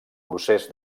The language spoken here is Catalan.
procés